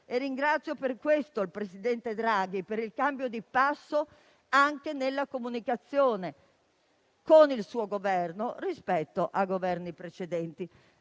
Ringrazio per questo il presidente Draghi, per il cambio di passo, anche nella comunicazione, che ha impresso il suo Governo, rispetto ai precedenti.